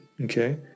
okay